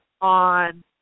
on